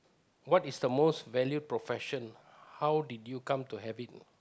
what is the most value profession how did you come to have it